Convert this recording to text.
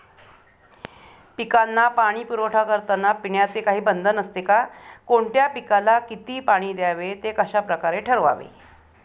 पिकांना पाणी पुरवठा करताना पाण्याचे काही बंधन असते का? कोणत्या पिकाला किती पाणी द्यावे ते कशाप्रकारे ठरवावे?